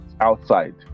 outside